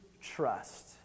trust